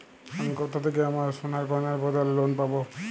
আমি কোথা থেকে আমার সোনার গয়নার বদলে লোন পাবো?